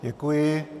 Děkuji.